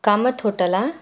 Kamath ಹೋಟಲ್ಲಾ